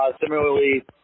Similarly